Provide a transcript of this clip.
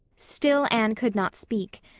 still anne could not speak.